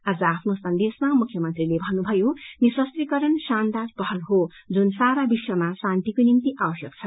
आज आफ्नो संदेशमा मुख्यमंत्रीले भन्नुभयो निःशस्त्रीकरण शनदार पहल हो जुन सारा विश्वमा शान्तिको निम्ति आवश्यक छ